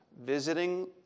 Visiting